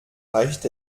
reicht